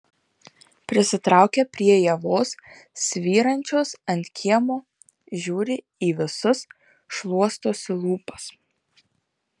prisitraukia prie ievos svyrančios ant kiemo žiūri į visus šluostosi lūpas